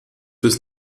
bis